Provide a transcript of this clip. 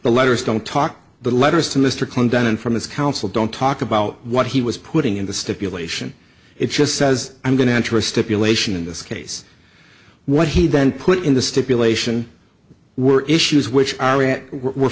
the letters don't talk the letters to mr kling down in from this counsel don't talk about what he was putting in the stipulation it just says i'm going to enter a stipulation in this case what he then put in the stipulation were issues which are it were